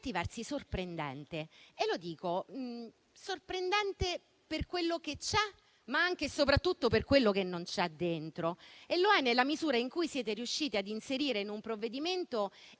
versi sorprendente. Lo è per quello che c'è, ma anche e soprattutto per quello che non c'è al suo interno e lo è nella misura in cui siete riusciti ad inserire in un provvedimento